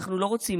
אנחנו לא רוצים,